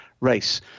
race